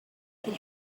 could